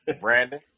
Brandon